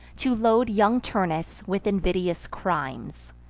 to load young turnus with invidious crimes.